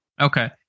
Okay